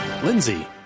Lindsay